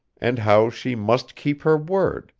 and how she must keep her word,